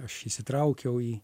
aš įsitraukiau į